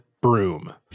broom